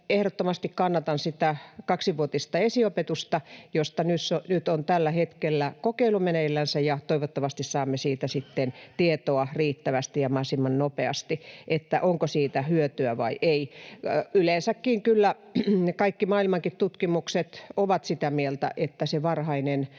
ehdottomasti kannatan sitä kaksivuotista esiopetusta, josta nyt on tällä hetkellä kokeilu meneillänsä. Toivottavasti saamme siitä sitten riittävästi ja mahdollisimman nopeasti tietoa, että onko siitä hyötyä vai ei. Yleensäkin kyllä kaikki maailmankin tutkimukset ovat sitä mieltä, että se varhainen tuki,